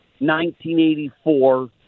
1984